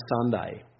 Sunday